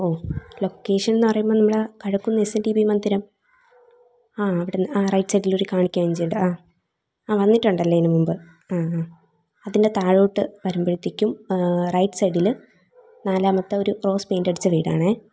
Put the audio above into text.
ഓ location എന്ന് പറയുമ്പം നമ്മൾ ആ Kazhakkunnam S N D P മന്ദിരം ആ അവിടുന്ന് ആ റൈറ്റ് സൈഡിൽ ഒരു കാണിക്ക വഞ്ചി ഉണ്ട് ആ ആ വന്നിട്ടുണ്ടല്ലേ ഇതിന് മുൻപ് ആ ആ അതിൻ്റെ താഴോട്ട് വരുമ്പോഴത്തേക്കും റൈറ്റ് സൈഡിൽ നാലാമത്തെ ഒരു റോസ് പെയിന്റ് അടിച്ച വീടാണേ